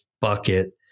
bucket